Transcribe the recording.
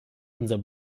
unser